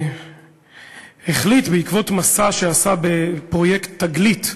שהחליט בעקבות מסע שעשה בפרויקט "תגלית"